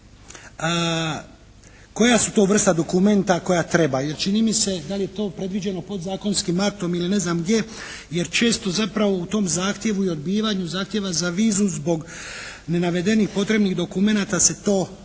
koja su to vrsta dokumenta koja treba. Jer čini mi se da li je to predviđeno podzakonskim aktom ili ne znam gdje, jer često zapravo u tom zahtjevu i … /Govornik se ne razumije./ … zahtjeva za vizu zbog ne navedenih potrebnih dokumenata se to odbija.